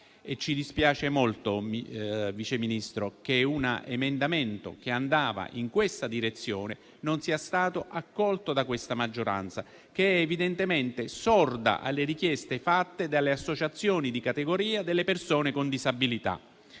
Ci dispiace molto, signor Vice Ministro, che un emendamento che andava in questa direzione non sia stato accolto da questa maggioranza, evidentemente sorda alle richieste fatte dalle associazioni di categoria delle persone con disabilità.